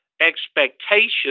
Expectations